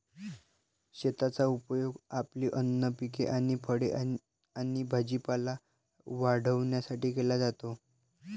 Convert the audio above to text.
शेताचा उपयोग आपली अन्न पिके आणि फळे आणि भाजीपाला वाढवण्यासाठी केला जातो